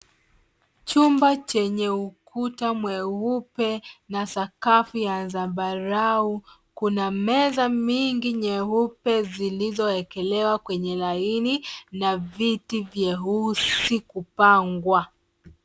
Chumba chenye ukuta mweupe na sakafu ya zambarau. Kuna meza mingi nyeupe zilizowekelewa kwenye laini na viti vyeusi kupangwa.